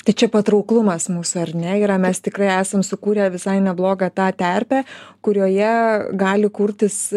tai čia patrauklumas mūsų ar ne yra mes tikrai esam sukūrę visai neblogą tą terpę kurioje gali kurtis